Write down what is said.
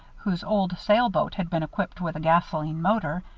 whose old sailboat had been equipped with a gasoline motor,